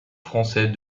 français